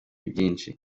byinshi